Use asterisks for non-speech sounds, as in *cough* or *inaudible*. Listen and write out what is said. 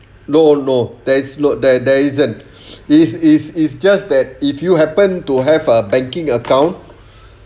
no no there's load there there isn't *breath* is is is just that if you happen to have a banking account *breath*